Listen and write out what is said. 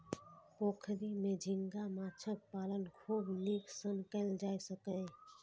पोखरि मे झींगा माछक पालन खूब नीक सं कैल जा सकैए